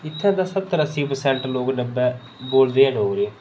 इत्थूं दे सत्तर अस्सी नब्बै परसैंट लोक बोलदे डोगरी